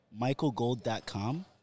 michaelgold.com